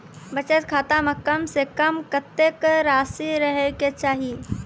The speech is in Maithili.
बचत खाता म कम से कम कत्तेक रासि रहे के चाहि?